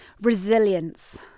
resilience